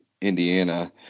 Indiana